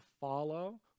follow